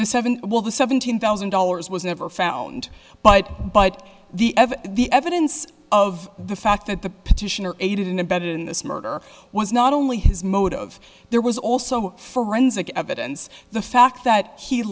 the seven will the seventeen thousand dollars was never found but but the the evidence of the fact that the petitioner aided and abetted in this murder was not only his mode of there was also forensic evidence the fact that he